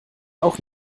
auch